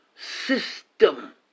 system